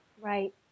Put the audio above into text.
Right